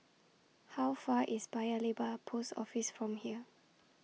How Far IS Paya Lebar Post Office from here